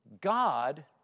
God